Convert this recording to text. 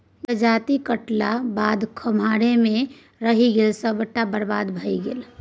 जजाति काटलाक बाद खम्हारे मे रहि गेल सभटा बरबाद भए गेलै